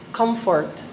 comfort